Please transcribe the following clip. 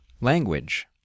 Language